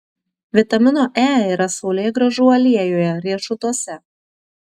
vitamino e yra saulėgrąžų aliejuje riešutuose